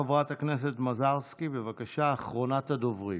חברת הכנסת מזרסקי, בבקשה, אחרונת הדוברים.